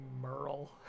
Merle